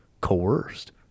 coerced